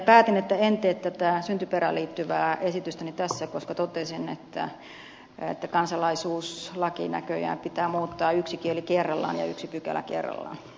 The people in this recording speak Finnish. päätin että en tee syntyperään liittyvää esitystäni tässä koska totesin että kansalaisuuslaki näköjään pitää muuttaa yksi kieli kerrallaan ja yksi pykälä kerrallaan